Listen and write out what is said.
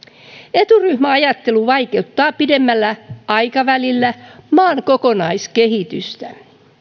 eturyhmäajattelu vaikeuttaa pidemmällä aikavälillä maan kokonaiskehitystä